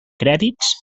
crèdits